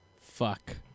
fuck